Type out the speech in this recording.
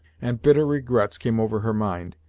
and bitter regrets came over her mind,